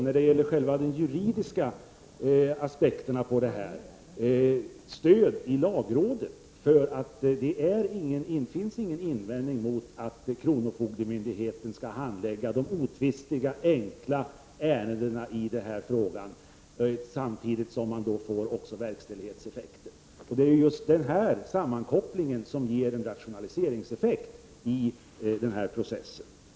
När det gäller de juridiska aspekterna har vi dessutom stöd av lagrådet. Det finns ingen invändning mot att kronofogdemyndigheten skall handlägga de otvistiga, enkla ärendena, samtidigt som man då också får verkställighetseffekter. Det är den här sammankopplingen som ger en rationaliseringseffekt i den summariska processen.